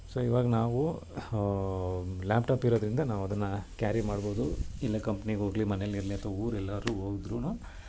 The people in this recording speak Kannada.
ಸೊ ಇವಾಗ ನಾವೂ ಲ್ಯಾಪ್ಟಾಪ್ ಇರೋದ್ರಿಂದ ನಾವು ಅದನ್ನ ಕ್ಯಾರಿ ಮಾಡ್ಬೋದು ಇಲ್ಲ ಕಂಪ್ನಿಗೆ ಹೋಗ್ಲಿ ಮನೆಯಲ್ ಇರಲಿ ಅಥ್ವ ಊರು ಎಲ್ಲಾರು ಹೋಗಿದ್ರೂ